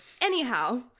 anyhow